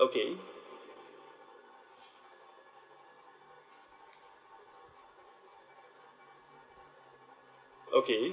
okay okay